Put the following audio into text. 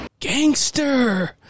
Gangster